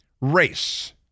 race